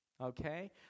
okay